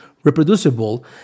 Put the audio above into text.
reproducible